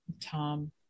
tom